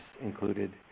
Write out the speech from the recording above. included